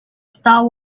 star